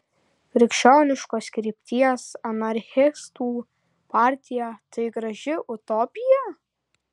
krikščioniškos krypties anarchistų partija tai graži utopija